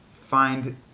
find